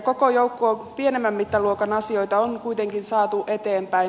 koko joukko pienemmän mittaluokan asioita on kuitenkin saatu eteenpäin